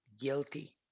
guilty